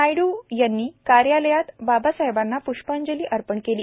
नायड्र यांनी कार्यालयात बाबासाहेबांना प्ष्पांजली अर्पण केली